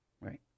Right